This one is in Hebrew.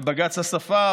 ובג"ץ השפה,